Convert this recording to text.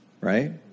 right